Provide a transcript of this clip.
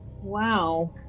Wow